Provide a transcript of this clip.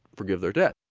forgive their debt.